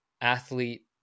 athlete